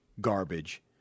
garbage